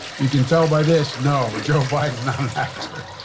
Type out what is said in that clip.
you can tell by this, no, joe biden's not an actor.